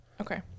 okay